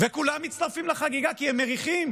וכולם מצטרפים לחגיגה כי הם מריחים